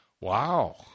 Wow